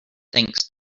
thanks